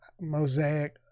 Mosaic